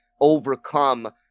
overcome